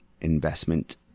Investment